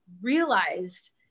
realized